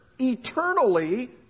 eternally